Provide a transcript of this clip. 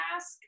ask